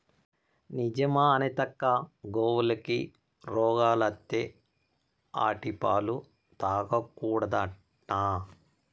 నిజమా అనితక్కా, గోవులకి రోగాలత్తే ఆటి పాలు తాగకూడదట్నా